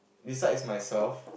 besides myself